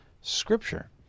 scripture